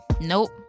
Nope